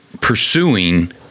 pursuing